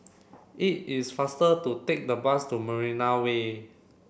it is faster to take the bus to Marina Way